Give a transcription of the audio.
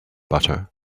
butter